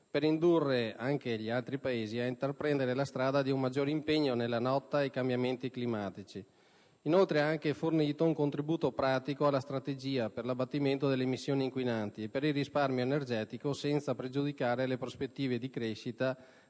per indurre anche gli altri Paesi ad intraprendere la strada di un maggiore impegno nella lotta ai cambiamenti climatici ed, inoltre, ha fornito un contributo pratico alla strategia per l'abbattimento delle emissioni inquinanti e per il risparmio energetico senza pregiudicare le prospettive di crescita